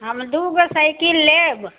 हम दुगो साइकिल लेब